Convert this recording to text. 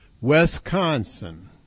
Wisconsin